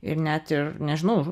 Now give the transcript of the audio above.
ir net ir nežinau